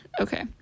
Okay